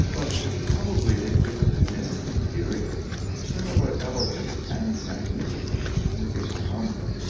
but which, probably, exhibited in its in terior similar elegance and magnificence with the alhambra.